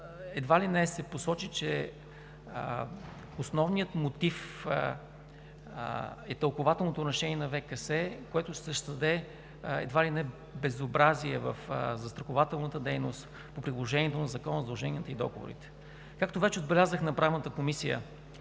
едва ли не се посочи, че основният мотив на тълкувателното решение на ВКС ще създаде безобразия в застрахователната дейност – по приложението на Закона за задълженията и договорите. Както вече отбелязах на Правната комисия,